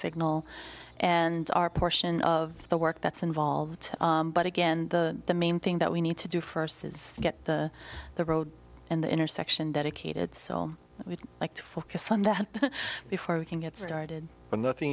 signal and our portion of the work that's involved but again the the main thing that we need to do first is get the the road and the intersection dedicated so we'd like to focus on that before we can get started